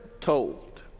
told